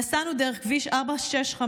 נסענו דרך כביש 465,